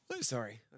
sorry